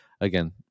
again